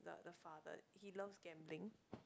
the the father he loves gambling